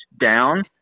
down